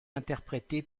interprété